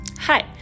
Hi